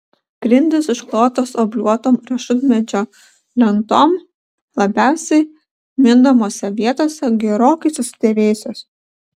grindys išklotos obliuotom riešutmedžio lentom labiausiai mindomose vietose gerokai susidėvėjusios